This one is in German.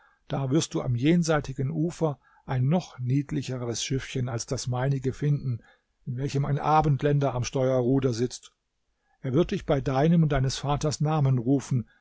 da wirst du am jenseitigen ufer ein noch niedlicheres schiffchen als das meinige finden in welchem ein abendländer am steuerruder sitzt er wird dich bei deinem und deines vaters namen rufen